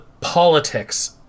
politics